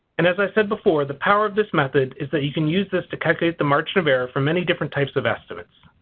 and as i said before the power of this method is that you can use this to calculate the margin of error for many different types of estimates.